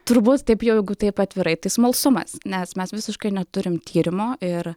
turbūt taip jau jeigu taip atvirai tai smalsumas nes mes visiškai neturim tyrimo ir